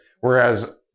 Whereas